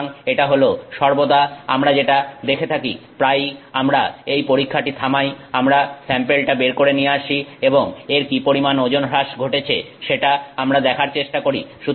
সুতরাং এটা হল সর্বদা আমরা যেটা দেখে থাকি প্রায়ই আমরা এই পরীক্ষাটি থামাই আমরা স্যাম্পেলটা বের করে নিয়ে আসি এবং এর কি পরিমাণ ওজনহ্রাস ঘটেছে সেটা আমরা দেখার চেষ্টা করি